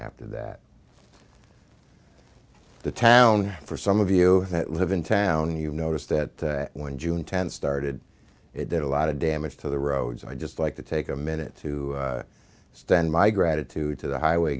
after that the town for some of you that live in town you've noticed that when june tenth started it did a lot of damage to the roads i just like to take a minute to stand my gratitude to the highway